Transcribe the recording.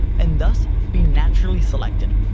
and thus be naturally selected.